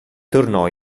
tornò